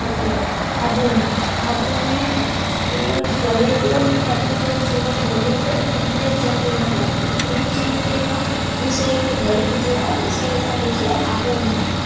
उते आबू में आबू में सूरज ढले पियो अने हिकिड़े साइड सूरज ढलियो पिए अने ॿिए साइड चंडु मतलबु इन ॿिन्हिनि शयूं खे असां इअं शइ खे गॾु ॾिठो आहे हीअ शइ असां ॾिठी आहे आबू में मतलबु